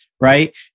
right